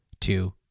two